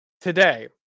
today